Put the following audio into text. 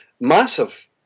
massive